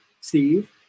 Steve